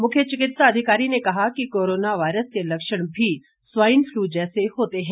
मुख्य चिकित्सा अधिकारी ने कहा कि कोरोना वायरस के लक्ष्ण भी स्वाईन फ्लू जैसे होते हैं